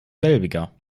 selbiger